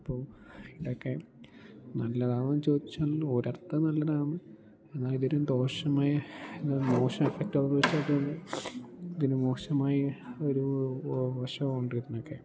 അപ്പോൾ ഇതൊക്കെ നല്ലതാണോയെന്ന് ചോദിച്ചാൽ ഒരർത്ഥം നല്ലതാണ് എന്നാൽ ഇതൊരു ദോഷമായ മോശം ഇഫക്ട് ആണോയെന്ന് ചോദിച്ചാൽ ഇതിന് മോശമായ ഒരു വശമുണ്ട് ഇതിനൊക്കെ